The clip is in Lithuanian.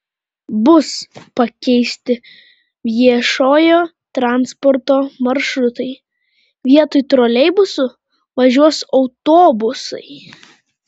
bus pakeisti viešojo transporto maršrutai vietoj troleibusų važiuos autobusai